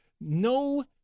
No